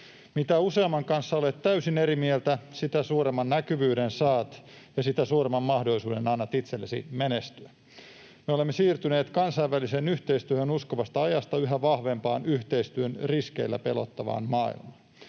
Mitä useamman kanssa olet täysin eri mieltä, sitä suuremman näkyvyyden saat ja sitä suuremman mahdollisuuden annat itsellesi menestyä. Me olemme siirtyneet kansainväliseen yhteistyöhön uskovasta ajasta yhä vahvempaan yhteistyön riskeillä pelottelevaan maailmaan.